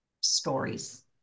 Stories